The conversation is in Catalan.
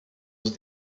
els